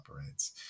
operates